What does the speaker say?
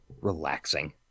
relaxing